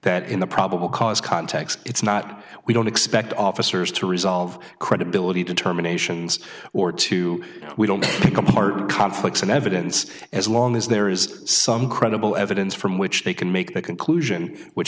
that in the probable cause context it's not we don't expect officers to resolve credibility determinations or two we don't become part of conflicts in evidence as long as there is some credible evidence from which they can make that conclusion which